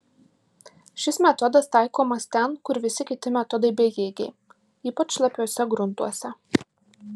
šis metodas taikomas ten kur visi kiti metodai bejėgiai ypač šlapiuose gruntuose